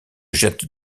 jette